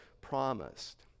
promised